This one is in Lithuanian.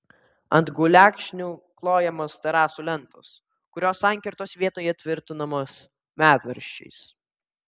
ant gulekšnių klojamos terasų lentos kurios sankirtos vietoje tvirtinamos medvaržčiais